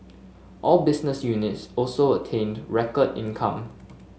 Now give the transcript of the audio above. all business units also attained record income